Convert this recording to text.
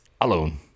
alone